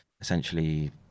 essentially